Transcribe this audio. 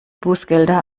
bußgelder